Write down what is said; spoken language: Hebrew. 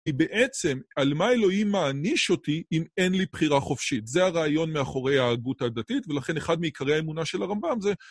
היא בעצם על מה אלוהים מעניש אותי אם אין לי בחירה חופשית. זה הרעיון מאחורי ההגות הדתית, ולכן אחד מעיקרי האמונה של הרמב״ם זה...